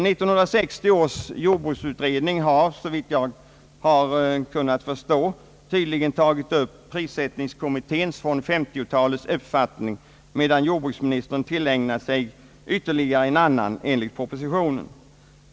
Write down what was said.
vitt jag kan förstå, på nytt tagit upp den linje som lanserades av prissättningskommittén på 1950-talet, medan jordbruksministern tillägnat sig ytterligare en annan uppfattning enligt propositionen.